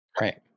right